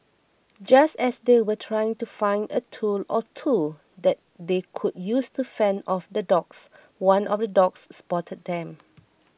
just as they were trying to find a tool or two that they could use to fend off the dogs one of the dogs spotted them